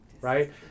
right